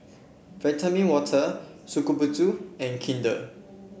Vitamin Water Shokubutsu and Kinder